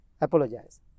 Apologize